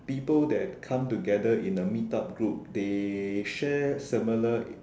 people that come together in a meet up group they share similar